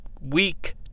week